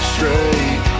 Straight